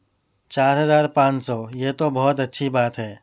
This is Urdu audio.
چار ہزار پانچ سو یہ تو بہت اچھی بات ہے